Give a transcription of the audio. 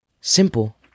Simple